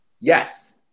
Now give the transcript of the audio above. Yes